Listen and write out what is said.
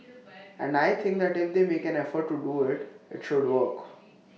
and I think that if they make an effort to do IT it should work